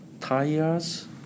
tires